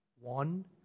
One